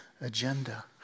agenda